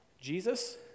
Jesus